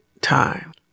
time